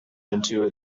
into